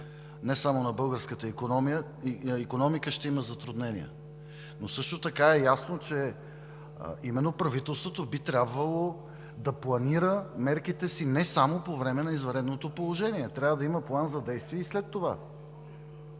не само на българската икономика, ще има затруднение. Също така е ясно, че именно правителството би трябвало да планира мерките си не само по време на извънредното положение – трябва да има план за действие и след това.